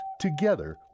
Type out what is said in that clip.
Together